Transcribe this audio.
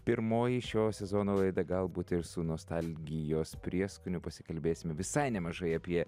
pirmoji šio sezono laida galbūt ir su nostalgijos prieskoniu pasikalbėsime visai nemažai apie